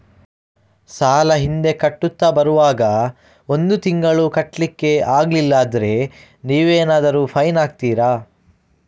ಸಾಲ ಹಿಂದೆ ಕಟ್ಟುತ್ತಾ ಬರುವಾಗ ಒಂದು ತಿಂಗಳು ನಮಗೆ ಕಟ್ಲಿಕ್ಕೆ ಅಗ್ಲಿಲ್ಲಾದ್ರೆ ನೀವೇನಾದರೂ ಫೈನ್ ಹಾಕ್ತೀರಾ?